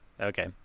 Okay